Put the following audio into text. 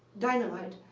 dynamite.